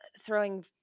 throwing